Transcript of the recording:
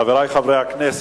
חברי חברי הכנסת,